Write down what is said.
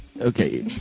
Okay